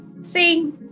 See